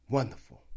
Wonderful